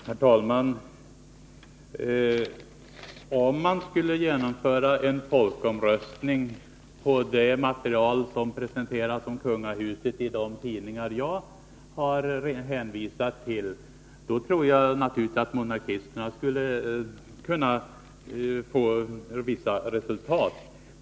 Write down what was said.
Herr talman! Om man skulle genomföra en folkomröstning på det material som presenteras om kungahuset i de tidningar jag har hänvisat till tror jag att monarkisterna möjligen skulle kunna nå vissa resultat.